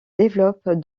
développe